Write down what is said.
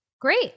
Great